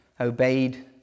obeyed